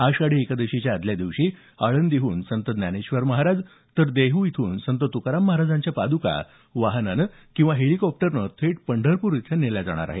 आषाढी एकादशीच्या आदल्या दिवशी आळंदीहून संत ज्ञानेश्वर महाराज तर देहू इथून संत तुकाराम महाराजांच्या पाद्का वाहनाने किंवा हेलिकॉप्टरने थेट पंढरपूर इथं नेल्या जाणार आहेत